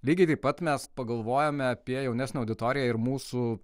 lygiai taip pat mes pagalvojome apie jaunesnę auditoriją ir mūsų